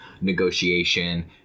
negotiation